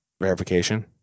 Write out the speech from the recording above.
Verification